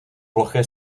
ploché